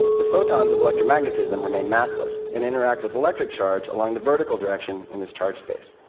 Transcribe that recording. the photons of electromagnetism remain massless and interact with electric charge along the vertical direction in this charge space.